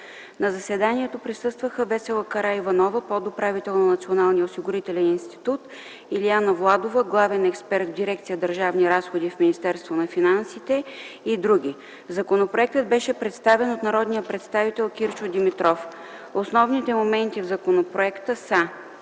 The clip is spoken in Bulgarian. На заседанието присъстваха: Весела Караиванова – подуправител на Националния осигурителен институт, Илиана Владова – главен експерт в дирекция „Държавни разходи” в Министерството на финансите, и др. Законопроектът беше представен от народния представител Кирчо Димитров. Основните моменти в законопроекта са: